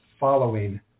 following